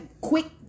quick